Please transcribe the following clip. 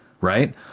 right